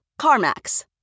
CarMax